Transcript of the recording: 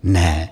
Ne.